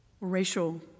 racial